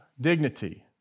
dignity